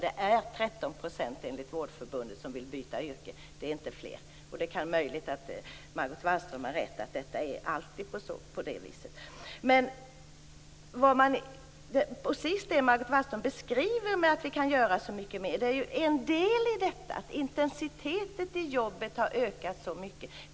Enligt Vårdförbundet är det 13 % som vill byta yrke, inte mer. Det är möjligt att Margot Wallström har rätt i att det alltid är på det viset. Margot Wallström beskriver att vi kan göra så mycket mer. En del i detta är ju att intensiteten i jobbet har ökat så mycket.